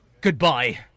goodbye